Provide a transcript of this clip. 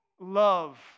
love